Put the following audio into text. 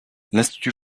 l’institut